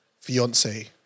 fiance